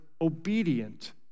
obedient